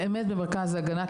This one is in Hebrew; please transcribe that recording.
באמת במרכז להגנה,